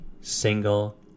single